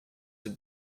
have